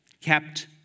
kept